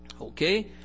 okay